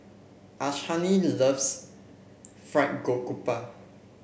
Ashanti loves Fried Garoupa